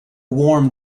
warm